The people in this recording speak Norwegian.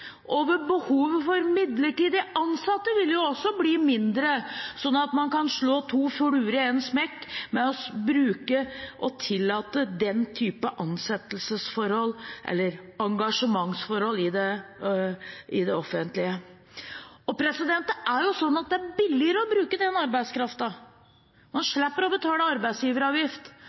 og behovet for midlertidig ansatte vil også bli mindre, slik at man kan slå to fluer i én smekk ved å bruke og tillate den type ansettelsesforhold eller engasjementsforhold i det offentlige. Det er billigere å bruke den arbeidskraften – man slipper å betale arbeidsgiveravgift.